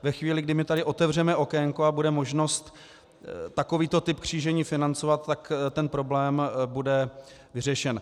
Ve chvíli, kdy my tady otevřeme okénko a bude možnost takovýto typ křížení financovat, tak ten problém bude vyřešen.